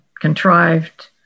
contrived